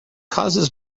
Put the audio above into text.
causes